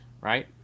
right